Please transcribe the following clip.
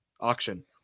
auction